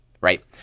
right